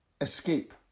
escape